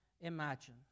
imagine